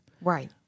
Right